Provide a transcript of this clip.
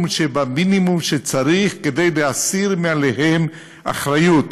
שבמינימום שצריך כדי להסיר מעליהם אחריות.